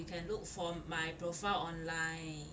you can look for my profile online